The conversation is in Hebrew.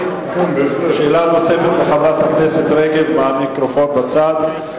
שאלה נוספת לחברת הכנסת רגב, מהמיקרופון בצד.